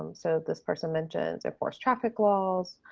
so this person mentioned, of course traffic laws,